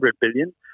billion